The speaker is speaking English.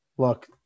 Look